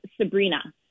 Sabrina